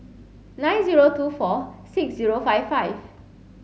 nine zero two four six zero five five